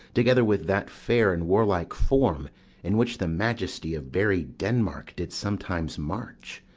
together with that fair and warlike form in which the majesty of buried denmark did sometimes march?